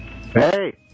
Hey